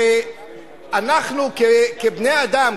שאנחנו כבני-אדם,